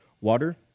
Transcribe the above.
water